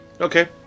Okay